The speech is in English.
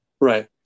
Right